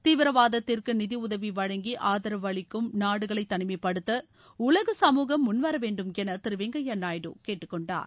தீவிரவாதத்திற்கு நிதியுதவி வழங்கி ஆதரவு அளிக்கும் நாடுகளை தனிமைப்படுத்த உலக சமூகம் முன்வர வேண்டுமென திரு வெங்கையா நாயுடு கேட்டுக்கொண்டார்